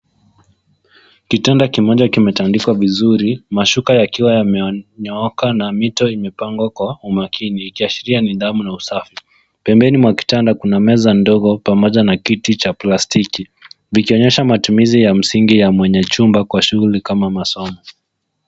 Kitanda kimoja kimetandikwa vizuri, mashuka yakiwa yamenyooka na mito imepangwa kwa umakini ikashiria nidhamu na usafi. Pembeni mwa kitanda kuna meza ndogo pamoja na kiti cha plastiki vikionyesha matumizi ya msingi ya mwenye chumba kwa shuguli kama masomo.